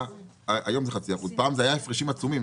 היום זה 0.5%. פעם זה היה הפרשים עצומים.